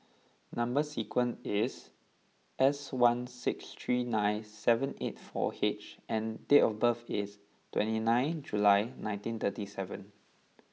number sequence is S one six three nine seven eight four H and date of birth is twenty nine July nineteen thirty seven